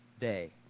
day